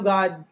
God